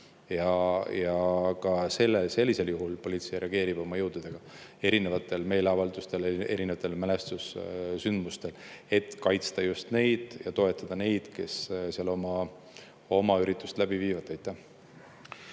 Ka sellisel juhul politsei reageerib oma jõududega erinevatel meeleavaldustel, erinevatel mälestussündmustel, et kaitsta ja toetada just neid, kes seal oma üritust läbi viivad.